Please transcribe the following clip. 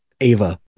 Ava